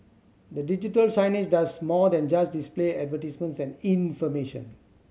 the digital signage does more than just display advertisements and information